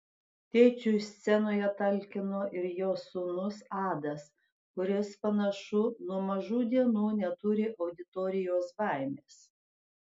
tėčiui scenoje talkino ir jo sūnus adas kuris panašu nuo mažų dienų neturi auditorijos baimės